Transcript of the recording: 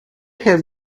have